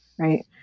right